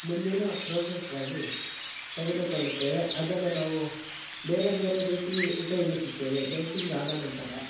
ಮುಂದಿನ ಪ್ರೋಸೆಸ್ಗಾಗಿ ತೆಗೆದುಕೊಳ್ಳುತ್ತೇವೆ ಅದನ್ನು ನಾವು ಬೇರೆ ಬೇರೆ ರೀತಿ ಉಪಯೋಗಿಸುತ್ತೇವೆ ಬೇಕಿಂಗ್ ಆದ ನಂತರ